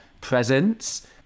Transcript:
presence